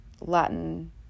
Latin